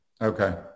Okay